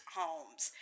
homes